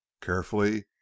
carefully